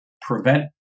prevent